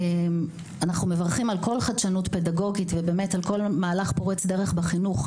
שאנחנו מברכים על כל חדשנות פדגוגית ועל כל מהלך פורץ דרך בחינוך,